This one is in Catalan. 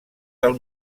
del